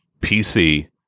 PC